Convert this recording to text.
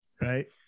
right